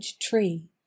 tree